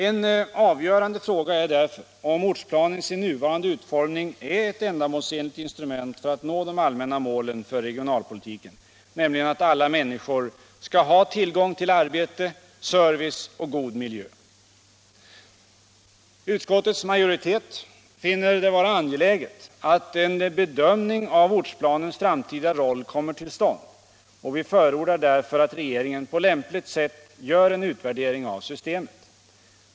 En avgörande fråga är därför om ortsplanen i sin nuvarande utformning är ett ändamålsenligt instrument för att nå de allmänna målen för regionalpolitiken, nämligen att alla människor skall ha tillgång till arbete, service och god miljö. Utskottets majoritet finner det vara angeläget att en bedömning av ortsplanens framtida roll kommer till stånd, och vi förordar därför att regeringen på lämpligt sätt gör en utvärdering av systemet.